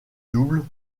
double